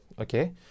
Okay